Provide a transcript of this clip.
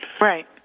Right